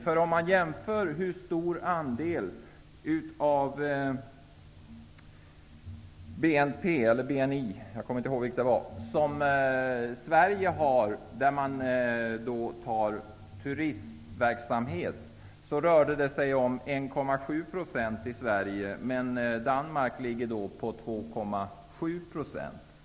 eller BNI, jag kommer inte ihåg vilket det var -- som i Sverige resp. Danmark går till turistverksamhet, visade det sig att siffran i 2,7 %.